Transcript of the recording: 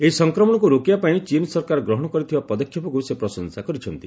ଏହି ସଂକ୍ରମଣକୁ ରୋକିବା ପାଇଁ ଚୀନ୍ ସରକାର ଗ୍ରହଣ କରିଥିବା ପଦକ୍ଷେପକୁ ସେ ପ୍ରଶଂସା କରିଛନ୍ତି